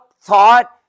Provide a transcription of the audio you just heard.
thought